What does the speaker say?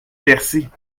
bercy